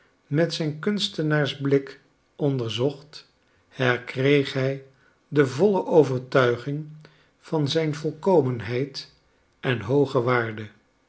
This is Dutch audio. met zijn kunstenaarsblik onderzocht herkreeg hij de volle overtuiging van zijn volkomenheid en hooge waarde